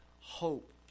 hope